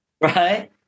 Right